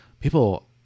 people